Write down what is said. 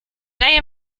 leihe